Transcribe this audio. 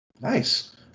Nice